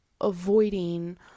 avoiding